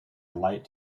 light